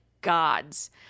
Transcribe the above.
gods